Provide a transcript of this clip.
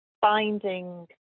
finding